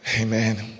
amen